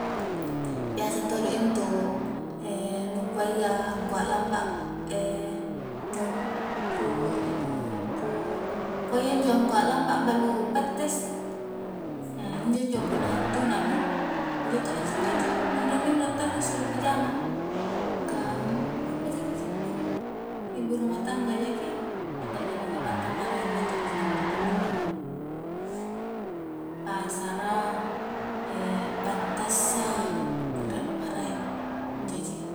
Biasa todo' intu nu kuayya angkua a'lampa a nu ku-nu ku kuayya injo angkua lampa a' balu pettes injo-njo punna hattuna mi injo to'ji injo-njo minro-minro tarrusu ri jama ka apa jaki kitte ibu rumah tangga jaki anre jama-jamangta maraeng injo to'ji injo minro-minro pasara battassang anre mo maraeng injo ji